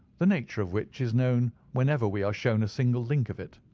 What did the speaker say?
the nature of which is known whenever we are shown a single link of it.